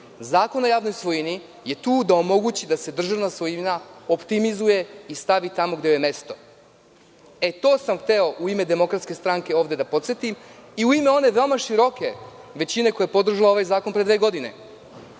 Zakon o javnoj svojini je tu da omogući da se državna svojina optimizuje i stavi tamo gde joj je mesto. To sam hteo u ime DS ovde da podsetim i u ime one veoma široke većine koja je podržala ovaj zakon pre dve godine. Šta